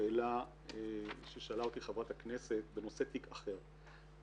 לשאלה ששאלה אותי חברת הכנסת בנושא תיק אחר.